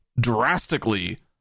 drastically